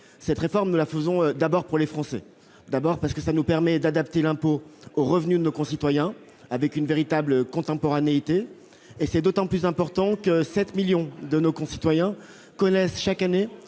Cette réforme, nous l'accomplissons d'abord pour les Français, car elle nous permettra d'adapter l'impôt aux revenus de nos concitoyens, avec une véritable contemporanéité du prélèvement. C'est d'autant plus important que 7 millions de nos concitoyens connaissent chaque année